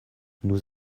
nous